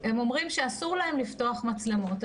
הם אומרים שאסור להם לפתוח מצלמות,